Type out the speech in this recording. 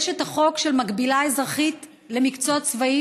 יש את החוק של מקבילה אזרחית למקצוע צבאי,